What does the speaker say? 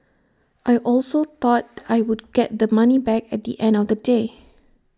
I also thought I would get the money back at the end of the day